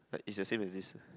like it's the same as this